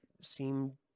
seem